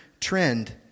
trend